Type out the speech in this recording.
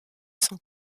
sans